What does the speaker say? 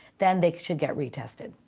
then they should get retested.